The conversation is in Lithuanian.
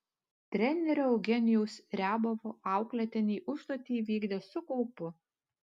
trenerio eugenijaus riabovo auklėtiniai užduotį įvykdė su kaupu